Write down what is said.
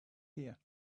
here